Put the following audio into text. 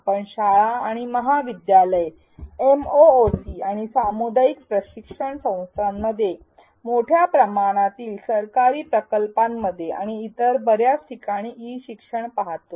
आपण शाळा आणि महाविद्यालये एमओओसी आणि सामुदायिक प्रशिक्षण सत्रांमध्ये मोठ्या प्रमाणातील सरकारी प्रकल्पांमध्ये आणि इतर बर्याच ठिकाणी ई शिक्षण पाहतो